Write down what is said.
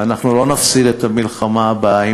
ואנחנו לא נפסיד במלחמה הבאה,